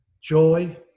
joy